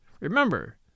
Remember